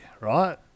right